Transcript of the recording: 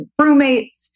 roommates